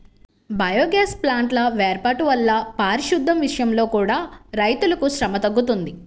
biogas ప్లాంట్ల వేర్పాటు వల్ల పారిశుద్దెం విషయంలో కూడా రైతులకు శ్రమ తగ్గుతుంది